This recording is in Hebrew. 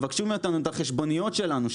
מבקשים מאיתנו את החשבוניות שלנו,